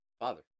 father